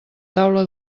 taula